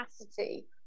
capacity